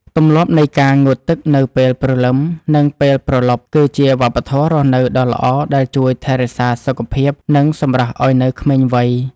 ទម្លាប់នៃការងូតទឹកនៅពេលព្រលឹមនិងពេលព្រលប់គឺជាវប្បធម៌រស់នៅដ៏ល្អដែលជួយថែរក្សាសុខភាពនិងសម្រស់ឱ្យនៅក្មេងវ័យ។